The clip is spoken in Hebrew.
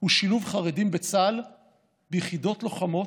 הוא שילוב חרדים בצה"ל ביחידות לוחמות.